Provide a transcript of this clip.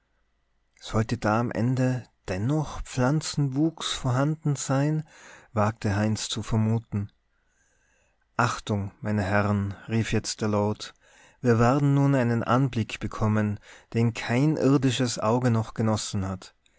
sollte da am ende dennoch pflanzenwuchs vorhanden sein wagte heinz zu vermuten achtung meine herren rief jetzt der lord wir werden nun einen anblick bekommen den kein irdisches auge noch genossen hat